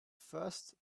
first